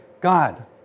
God